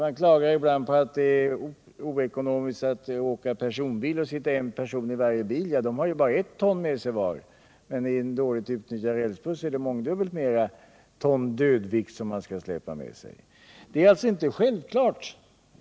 Man klagar ibland på att det är ockonomiskt att åka personbil, om det bara sitter en person i varje bil. Men de har ju bara med sig ett ton vardera, medan man i en dåligt utnyttjad rälsbuss som sagt får släpa med sig mångdubbelt mera i fråga om ton dödvikt.